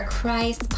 Christ